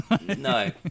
No